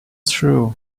true